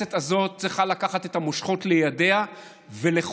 הכנסת הזאת צריכה לקחת את המושכות לידיה ולחוקק.